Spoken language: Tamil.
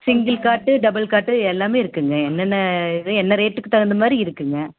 சிங்கிள் காட்டு டபுள் காட்டு எல்லாமே இருக்குங்க என்னென்ன இது என்ன ரேட்டுக்கு தகுந்தமாதிரி இருக்குங்க